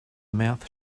mouth